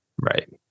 Right